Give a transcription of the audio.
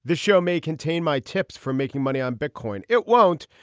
the show may contain my tips for making money on bitcoin. it won't.